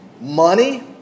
money